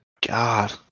God